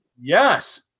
Yes